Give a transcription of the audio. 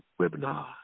webinar